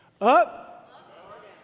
Up